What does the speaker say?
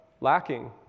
lacking